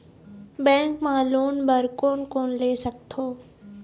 Bank मा loan बर कोन कोन ले सकथों?